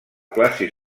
classe